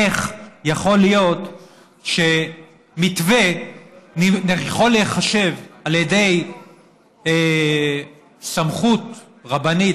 איך יכול להיות שמתווה יכול להיחשב על ידי סמכות רבנית